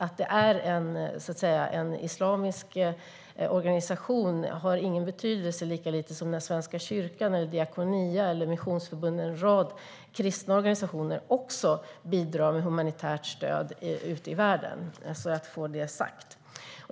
Att det är en islamisk organisation har ingen betydelse, lika lite som att Svenska kyrkan, Diakonia, Missionsförbundet och en rad kristna organisationer också bidrar med humanitärt stöd ute i världen - för att få detta sagt.